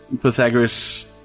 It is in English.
Pythagoras